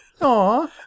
Aw